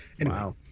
wow